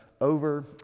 over